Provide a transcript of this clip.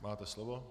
Máte slovo.